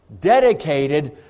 dedicated